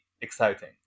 exciting